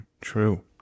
true